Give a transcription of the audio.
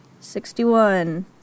Sixty-one